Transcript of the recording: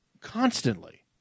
constantly